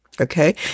Okay